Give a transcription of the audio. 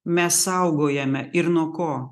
mes saugojame ir nuo ko